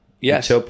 Yes